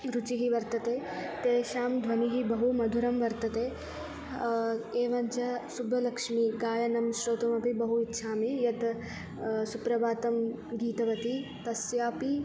रुचिः वर्तते तयोः ध्वनिः बहु मधुरं वर्तते एवञ्च सुब्बलक्ष्मी गायनं श्रोतुमपि बहु इच्छामि यत् सुप्भातं गीतवती तस्याः अपि